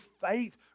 faith